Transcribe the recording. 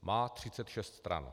Má 36 stran.